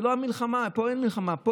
פה אין מלחמה, פה